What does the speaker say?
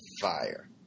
fire